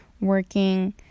working